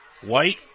White